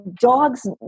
dogs